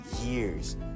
years